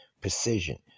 precision